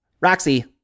Roxy